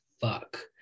fuck